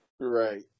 Right